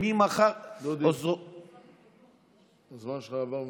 שממחר, הזמן שלך עבר ממזמן.